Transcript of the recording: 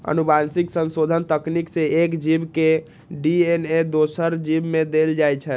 आनुवंशिक संशोधन तकनीक सं एक जीव के डी.एन.ए दोसर जीव मे देल जाइ छै